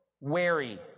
wary